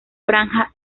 franja